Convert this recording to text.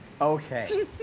Okay